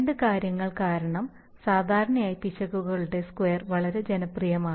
രണ്ട് കാര്യങ്ങൾ കാരണം സാധാരണയായി പിശകുകളുടെ സ്ക്വയർ വളരെ ജനപ്രിയമാണ്